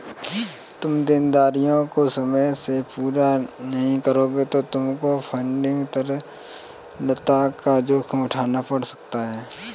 तुम देनदारियों को समय से पूरा नहीं करोगे तो तुमको फंडिंग तरलता का जोखिम उठाना पड़ सकता है